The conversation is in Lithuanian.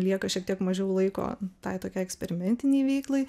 lieka šiek tiek mažiau laiko tai tokiai eksperimentinei veiklai